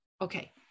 Okay